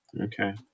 Okay